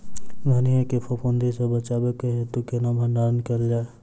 धनिया केँ फफूंदी सऽ बचेबाक हेतु केना भण्डारण कैल जाए?